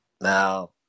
Now